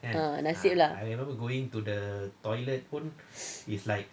ya not safe lah